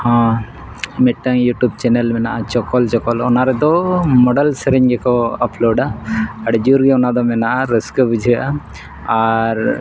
ᱦᱮᱸ ᱢᱤᱫᱴᱟᱱ YouTube channel ᱢᱮᱱᱟᱜᱼᱟ ᱪᱚᱠᱚᱞ ᱪᱚᱠᱚᱞ ᱚᱱᱟ ᱨᱮᱫᱚ ᱢᱚᱰᱟᱨᱱ ᱥᱮᱨᱮᱧ ᱜᱮᱠᱚ ᱟᱯᱞᱳᱰᱟ ᱟᱹᱰᱤ ᱡᱳᱨᱜᱮ ᱚᱱᱟᱫᱚ ᱢᱮᱱᱟᱜᱼᱟ ᱨᱟᱹᱥᱠᱟᱹ ᱵᱩᱡᱷᱟᱹᱜᱼᱟ ᱟᱨ